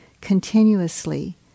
continuously